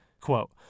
quote